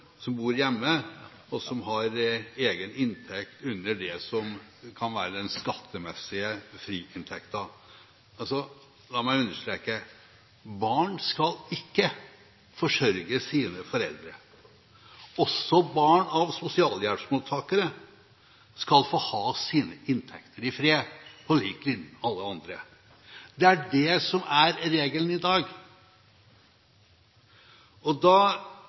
som bor hjemme, og som har egen inntekt under det som kan være den skattemessige friinntektsgrensen. La meg understreke: Barn skal ikke forsørge sine foreldre. Også barn av sosialhjelpsmottakere skal få ha sine inntekter i fred, på lik linje med alle andre. Det er det som er regelen i dag. Da